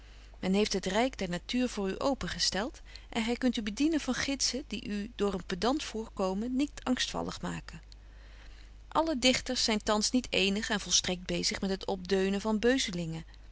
en aagje deken historie van mejuffrouw sara burgerhart voor u opengesteld en gy kunt u bedienen van gidsen die u door een pedant voorkomen niet angstvallig maken alle dichters zyn thans niet eenig en volstrekt bezig met het opdeunen van beuzelingen